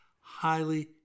highly